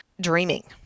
dreaming